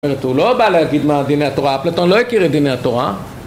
זאת אומרת, הוא לא בא להגיד מה דיני התורה, אפלטון לא הכיר את דיני התורה